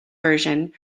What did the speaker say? version